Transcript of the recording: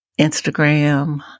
Instagram